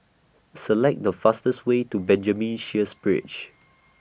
Select The fastest Way to Benjamin Sheares Bridge